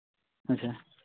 ᱟᱪᱪᱷᱟ